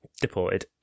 Deported